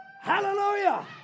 Hallelujah